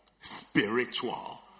spiritual